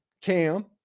Cam